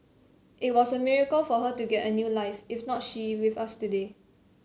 it was a miracle for her to get a new life if not she with us today